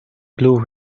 blue